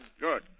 Good